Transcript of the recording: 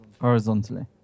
Horizontally